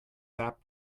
sap